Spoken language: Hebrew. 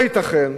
לא ייתכן